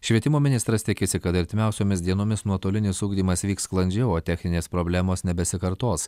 švietimo ministras tikisi kad artimiausiomis dienomis nuotolinis ugdymas vyks sklandžiau o techninės problemos nebesikartos